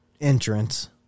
entrance